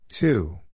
Two